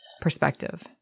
perspective